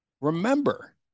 Remember